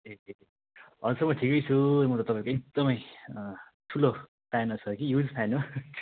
हजुर सर म ठिकै छु म त तपाईँको एकदमै ठुलो फ्यान हो कि ह्युज फ्यान हो